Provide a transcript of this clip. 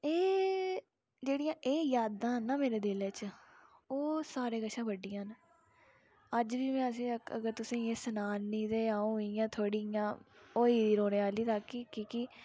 एह् जेह्ड़ियां एह् यादां न मेरै दिलै च ओह् सारें कशा बड्डियां न अज्ज बी में अगर तुसें एह् सनानी ते अ'ऊं थोह्ड़ी इ'यां होई दी रोने आह्ली तां कि